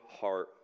heart